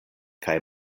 kaj